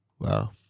Wow